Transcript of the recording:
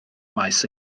maes